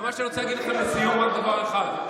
אני רוצה להגיד לכם לסיום רק דבר אחד.